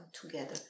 together